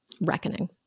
reckoning